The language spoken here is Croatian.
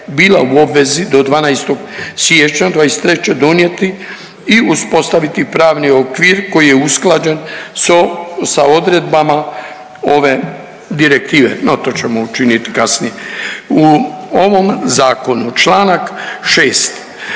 U ovom zakonu Članka 6.